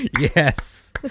yes